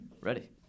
Ready